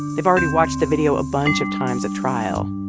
they've already watched the video a bunch of times at trial.